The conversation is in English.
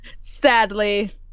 sadly